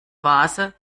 vase